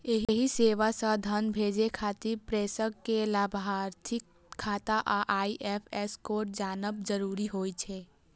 एहि सेवा सं धन भेजै खातिर प्रेषक कें लाभार्थीक खाता आ आई.एफ.एस कोड जानब जरूरी होइ छै